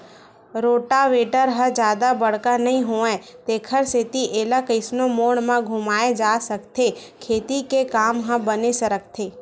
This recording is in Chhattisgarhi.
रोटावेटर ह जादा बड़का नइ होवय तेखर सेती एला कइसनो मोड़ म घुमाए जा सकत हे खेती के काम ह बने सरकथे